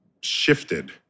shifted